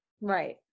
Right